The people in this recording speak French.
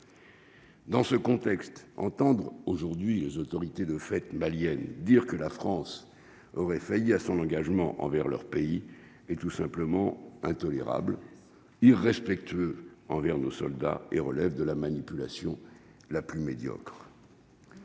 Dans ce contexte, entendre aujourd'hui les autorités de fait malienne, dire que la France aurait failli à son engagement envers leur pays, mais tout simplement intolérables, irrespectueux envers nos soldats et relève de la manipulation la plus médiocre.